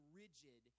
rigid